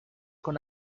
con